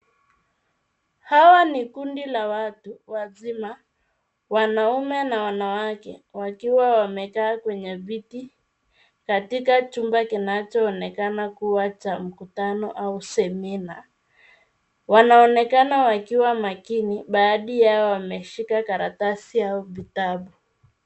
Hawa ni kundi la watu wazima, wanaume na wanawake wakiwa wamekaa kwenye viti katika chumba kinacho onekana kuwa cha mkutano au semina. Wanaonekana wakiwa makini baadhi yao wameshika karatasi au kitabu.